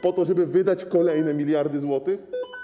Po to, żeby wydać kolejne miliardy złotych?